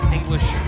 English